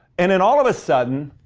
and then all of a sudden,